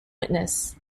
witness